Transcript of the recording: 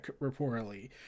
reportedly